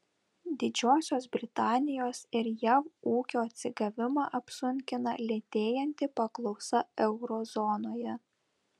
didžiosios britanijos ir jav ūkio atsigavimą apsunkina lėtėjanti paklausa euro zonoje